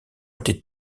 était